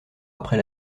après